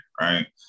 right